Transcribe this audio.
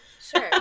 Sure